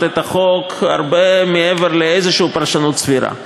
את החוק הרבה מעבר לאיזושהי פרשנות סבירה,